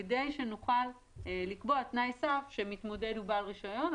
כדי שנוכל לקבוע תנאי סף שהמתמודד הוא בעל רישיון,